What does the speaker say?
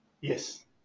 Yes